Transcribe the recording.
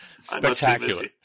spectacular